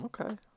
Okay